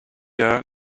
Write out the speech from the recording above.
der